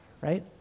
right